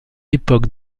époque